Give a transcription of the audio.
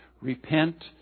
repent